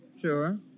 Sure